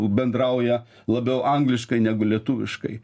bendrauja labiau angliškai negu lietuviškai